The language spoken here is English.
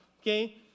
okay